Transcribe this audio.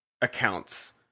accounts